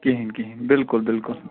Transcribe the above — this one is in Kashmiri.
کہیٖنۍ کہیٖنۍ بالکل بالکل